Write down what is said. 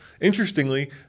interestingly